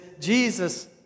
Jesus